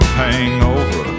hangover